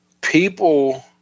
people